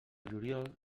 juliol